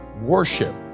worship